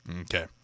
Okay